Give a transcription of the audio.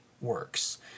works